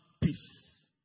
peace